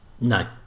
No